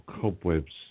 cobwebs